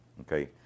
okay